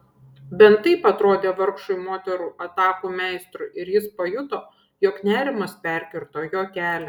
bent taip atrodė vargšui moterų atakų meistrui ir jis pajuto jog nerimas perkirto jo kelią